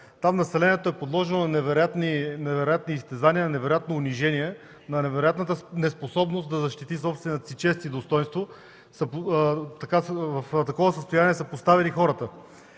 Там населението е подложено на невероятни изтезания, унижения, неспособност да защити собствената си чест и достойнство - в такова състояние са поставени хората.